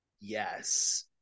yes